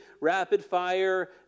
rapid-fire